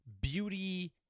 beauty